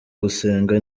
gusenga